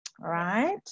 right